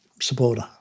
supporter